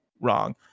wrong